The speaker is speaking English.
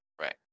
Right